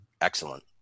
excellent